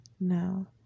Now